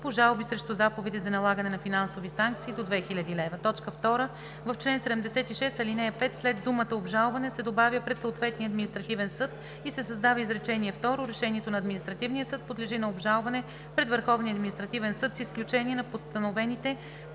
по жалби срещу заповеди за налагане на финансови санкции до 2000 лева.“ 2. В чл. 76, ал. 5 след думата „обжалване“ се добавя „пред съответния административен съд“ и се създава изречение второ: „Решението на административния съд подлежи на обжалване пред Върховния административен съд, с изключение на постановените